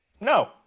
No